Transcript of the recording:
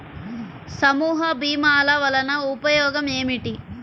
సమూహ భీమాల వలన ఉపయోగం ఏమిటీ?